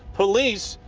police,